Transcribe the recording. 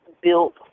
built